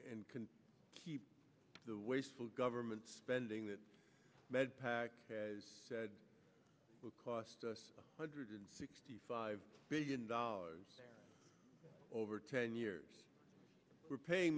and can keep the wasteful government spending that med pac has said will cost us one hundred sixty five billion dollars over ten years we're paying